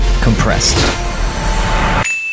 Compressed